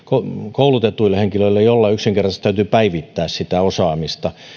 koulutetuille henkilöille joiden kohdalla täytyy yksinkertaisesti päivittää sitä osaamista